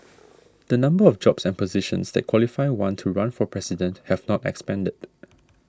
the numbers of jobs and positions that qualify one to run for President have not expanded